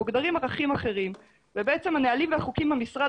מוגדרים ערכים אחרים ובעצם הנהלים והחוקים במשרד,